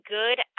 good